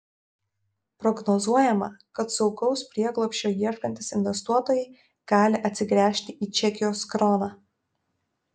prognozuojama kad saugaus prieglobsčio ieškantys investuotojai gali atsigręžti į čekijos kroną